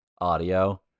audio